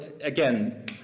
again